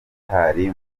gitari